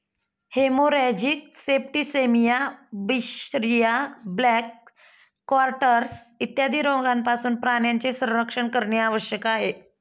haemorrhagic septicaemia, बिशरिया, black quarters इत्यादी रोगांपासून प्राण्यांचे संरक्षण करणे आवश्यक आहे